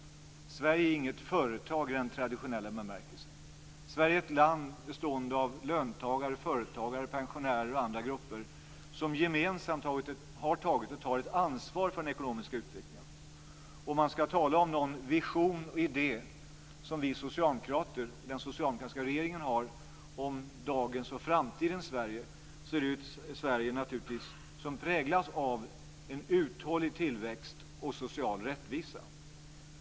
Sverige är inget företag i traditionell bemärkelse. Sverige är ett land bestående av löntagare, företagare, pensionärer och andra grupper som gemensamt har tagit och tar ett ansvar för den ekonomiska utvecklingen. Om man ska tala om någon vision i det som den socialdemokratiska regeringen har om dagens och framtidens Sverige, är det naturligtvis ett Sverige som präglas av uthållig tillväxt och social rättvisa.